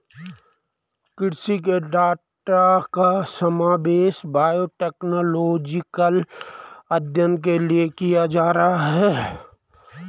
कृषि के डाटा का समावेश बायोटेक्नोलॉजिकल अध्ययन के लिए किया जा रहा है